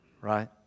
right